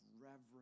reverence